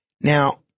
Now